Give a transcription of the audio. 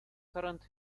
current